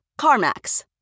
CarMax